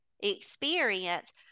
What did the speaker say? experience